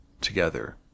together